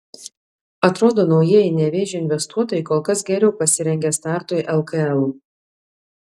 atrodo naujieji nevėžio investuotojai kol kas geriau pasirengę startui lkl